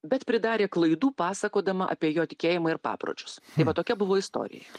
bet pridarė klaidų pasakodama apie jo tikėjimą ir papročius tai va tokia buvo istorija